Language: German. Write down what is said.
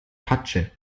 patsche